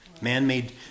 man-made